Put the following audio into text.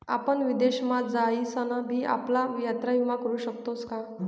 आपण विदेश मा जाईसन भी आपला यात्रा विमा करू शकतोस का?